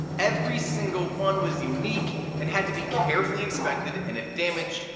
every single one was unique and had to be carefully inspected and if damaged,